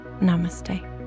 namaste